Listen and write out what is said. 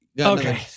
Okay